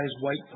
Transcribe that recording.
white